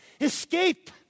escape